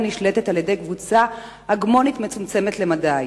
נשלטת על-ידי קבוצה הגמונית מצומצמת למדי.